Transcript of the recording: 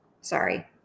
Sorry